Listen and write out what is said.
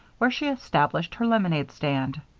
where she established her lemonade stand.